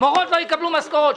מורות לא יקבלו משכורת.